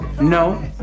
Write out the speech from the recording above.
no